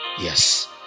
Yes